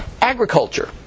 agriculture